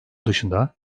dışında